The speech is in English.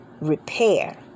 repair